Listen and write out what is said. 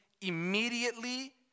immediately